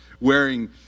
Wearing